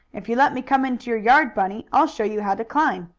if you let me come into your yard, bunny, i'll show you how to climb.